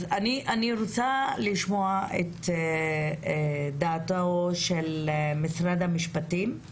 אני רוצה לשמוע את דעת משרד המשפטים.